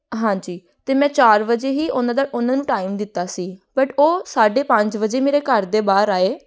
ਹਾਂਜੀ ਅਤੇ ਮੈਂ ਚਾਰ ਵਜੇ ਹੀ ਉਨ੍ਹਾਂ ਦਾ ਉਨ੍ਹਾਂ ਨੂੰ ਟਾਈਮ ਦਿੱਤਾ ਸੀ ਬਟ ਉਹ ਸਾਢੇ ਪੰਜ ਵਜੇ ਮੇਰੇ ਘਰ ਦੇ ਬਾਹਰ ਆਏ